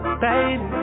Baby